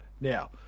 Now